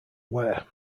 wear